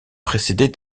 précédée